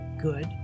good